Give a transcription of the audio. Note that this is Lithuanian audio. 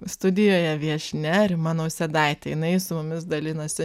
studijoje viešnia rima nausėdaitė jinai su mumis dalinasi